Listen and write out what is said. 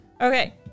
Okay